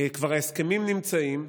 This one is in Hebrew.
ההסכמים כבר נמצאים,